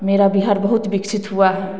मेरा बिहार बहुत विकसित हुआ है